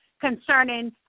concerning